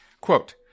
Quote